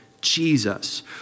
Jesus